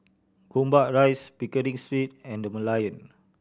Gombak Rise Pickering Street and The Merlion